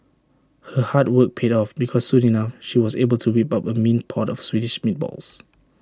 her hard work paid off because soon enough she was able to whip up A mean pot of Swedish meatballs